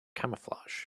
camouflage